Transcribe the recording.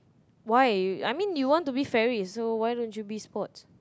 why I mean you want to be fair why don't you be sports